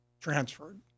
transferred